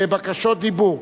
בקשות דיבור,